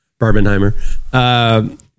Barbenheimer